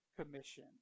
Commission